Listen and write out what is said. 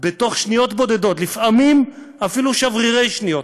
בתוך שניות בודדות, לפעמים אפילו שברירי שניות,